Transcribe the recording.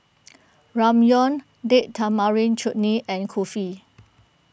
Ramyeon Date Tamarind Chutney and Kulfi